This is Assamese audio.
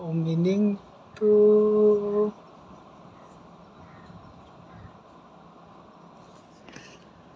মিনিংটো